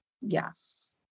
yes